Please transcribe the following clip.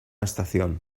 estación